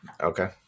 okay